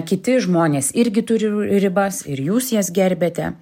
kiti žmonės irgi turi ribas ir jūs jas gerbiate